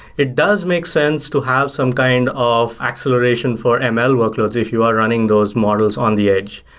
it does make sense to have some kind of acceleration for ml workloads if you are running those models on the edge.